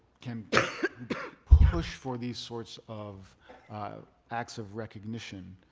can push for these sorts of acts of recognition.